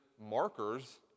markers